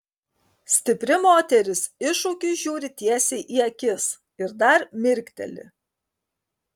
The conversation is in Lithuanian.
stipri moteris iššūkiui žiūri tiesiai į akis ir dar mirkteli